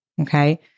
Okay